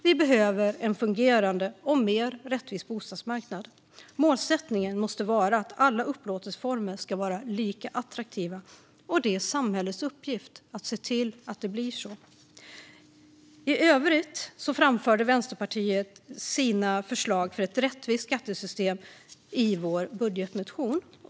Vi behöver en fungerande och mer rättvis bostadsmarknad. Målsättningen måste vara att alla upplåtelseformer ska vara lika attraktiva, och det är samhällets uppgift att se till att det blir så. I övrigt framförde vi i Vänsterpartiet våra förslag för ett rättvist skattesystem i vår budgetmotion.